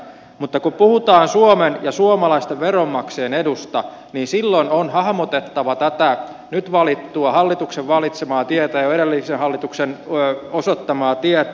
mutta kun puhutaan suomen ja suomalaisten veronmaksajien edusta niin silloin on hahmotettava tätä nyt valittua hallituksen valitsemaa tietä jo edellisen hallituksen osoittamaa tietä